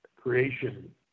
creation